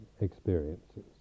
experiences